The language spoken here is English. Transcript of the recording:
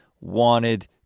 wanted